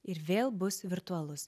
ir vėl bus virtualus